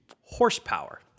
horsepower